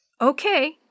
Okay